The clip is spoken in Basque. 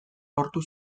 lortu